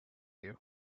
you